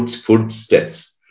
footsteps